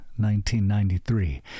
1993